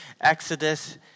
Exodus